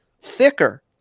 thicker